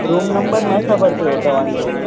room number न ख़बर पियो तव्हांजो